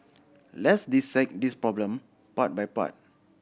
let's dissect this problem part by part